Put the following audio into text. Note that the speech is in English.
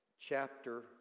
chapter